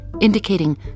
indicating